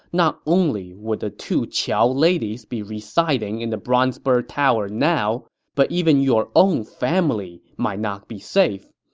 not only would the two qiao ladies be residing in the bronze bird tower now, but even your own family might not be safe.